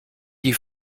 die